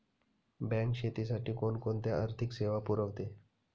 Bank शेतीसाठी कोणकोणत्या आर्थिक सेवा पुरवते?